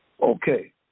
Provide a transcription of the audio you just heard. Okay